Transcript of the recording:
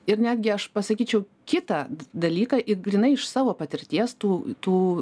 ir netgi aš pasakyčiau kitą dalyką it grynai iš savo patirties tų tų